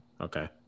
okay